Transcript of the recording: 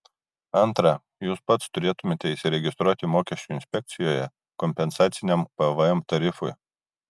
antra jūs pats turėtumėte įsiregistruoti mokesčių inspekcijoje kompensaciniam pvm tarifui